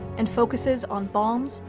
and focuses on bombs,